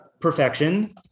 perfection